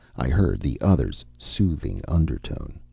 i heard the other's soothing undertone.